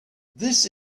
this